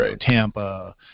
Tampa